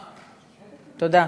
תודה.